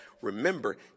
remember